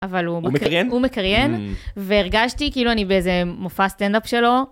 אבל הוא מקריין, והרגשתי כאילו אני באיזה מופע סטנדאפ שלו.